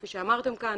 כפי שאמרתם כאן,